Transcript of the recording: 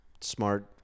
smart